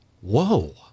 Whoa